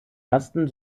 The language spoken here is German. ersten